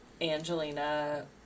Angelina